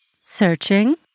Searching